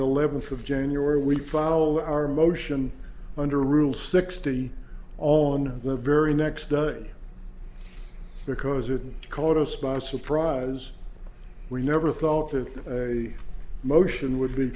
eleventh of january we follow our motion under rule sixty on the very next doug because it caught us by surprise we never thought that a motion w